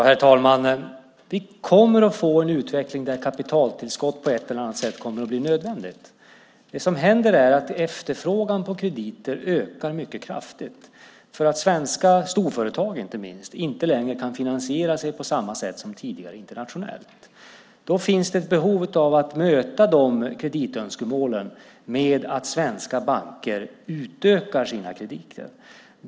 Herr talman! Vi kommer att få en utveckling där kapitaltillskott på ett eller annat sätt kommer att bli nödvändigt. Efterfrågan på krediter ökar mycket kraftigt, för att svenska storföretag inte minst inte längre kan finansiera sig på samma sätt som tidigare internationellt. Då finns det ett behov av att möta de kreditönskemålen med att svenska banker utökar sina krediter.